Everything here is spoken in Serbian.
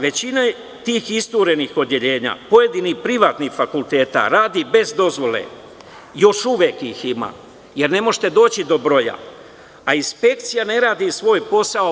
Većina tih isturenih odeljenja pojedinih privatnih fakulteta radi bez dozvole, još uvek ih ima, jer ne možete doći do broja, a inspekcija ne radi svoj posao.